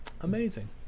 Amazing